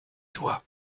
doigts